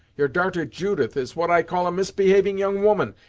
your darter judith is what i call a misbehaving young woman,